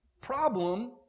problem